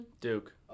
Duke